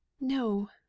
No